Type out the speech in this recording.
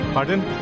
Pardon